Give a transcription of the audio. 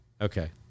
Okay